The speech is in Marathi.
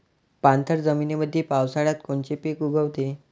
पाणथळ जमीनीमंदी पावसाळ्यात कोनचे पिक उगवते?